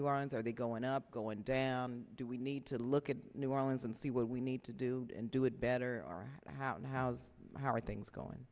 new orleans are they going up go and do we need to look at new orleans and see what we need to do and do it better or how how's how are things going